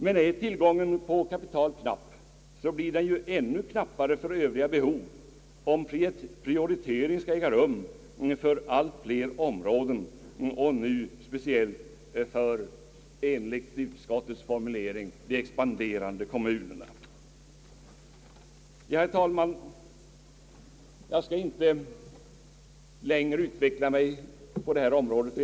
Men är tillgången på kapital knapp, så blir den ännu knappare för övriga behov, om allt fler områden skall prioriteras — nu senast, enligt utskottets formulering, kommunala investeringar i de expanderande kommunerna. Herr talman! Jag skall inte längre utveckla min mening på detta område.